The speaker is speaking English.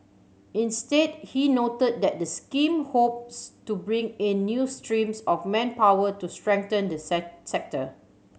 instead he noted that the scheme hopes to bring in new streams of manpower to strengthen the sector